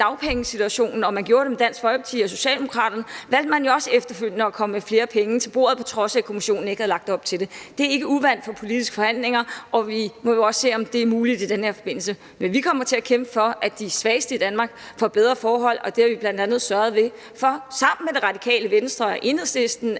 dagpengesituationen og man gjorde det med Dansk Folkeparti og Socialdemokraterne, valgte man jo også efterfølgende at komme med flere penge til bordet, på trods af at kommissionen ikke havde lagt op til det. Det er ikke uvant i politiske forhandlinger, og vi må så se, om det også er muligt i den her forbindelse. Men vi kommer til at kæmpe for, at de svageste i Danmark får bedre forhold, og det har vi bl.a. sørget for sammen med Det Radikale Venstre og Enhedslisten,